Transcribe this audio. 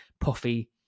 puffy